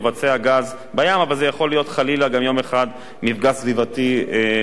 אבל זה גם יכול להיות חלילה יום אחד מפגע סביבתי ברמה שעוד לא הכרנו,